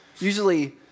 Usually